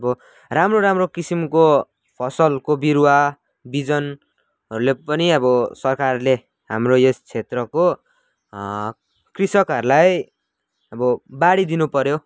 अब राम्रो राम्रो किसिमको फसलको बिरुवा बिजनहरूलाई पनि अब सरकारले हाम्रो यस क्षेत्रको कृषकहरूलाई अब बाडिदिनु पर्यो